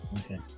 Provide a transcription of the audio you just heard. Okay